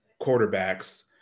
quarterbacks